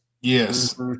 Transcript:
Yes